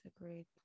Agreed